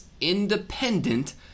independent